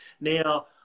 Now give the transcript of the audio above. Now